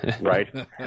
right